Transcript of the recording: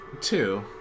Two